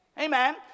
Amen